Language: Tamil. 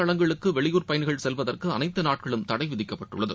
தளங்களுக்கு வெளியூர் பயணிகள் செல்வதற்கு அனைத்து சுற்றுலா நாட்களும் தடை விதிக்கப்பட்டுள்ளது